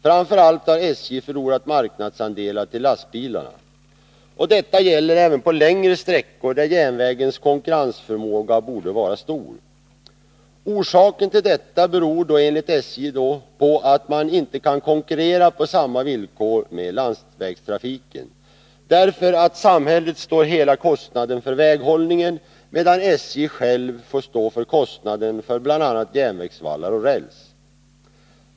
Framför allt har SJ förlorat marknadsandelar till lastbilarna. Detta gäller även på längre sträckor där järnvägens konkurrensförmåga borde vara stor. Orsaken till detta är, enligt SJ, att man inte kan konkurrera på samma villkor med landsvägstrafiken, därför att samhället står för hela kostnaden för väghållningen medan SJ självt får stå för kostnaderna för bl.a. järnvägsvallar och räls.